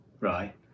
right